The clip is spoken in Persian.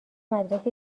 مدرک